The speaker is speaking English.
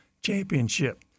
championship